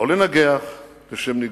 לא לנגח לשם ניגוח,